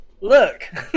look